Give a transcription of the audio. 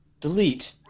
Delete